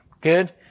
good